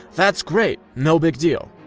that's great. no big deal.